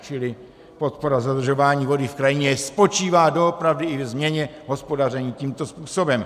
Čili podpora zadržování vody v krajině spočívá doopravdy i ve změně hospodaření tímto způsobem.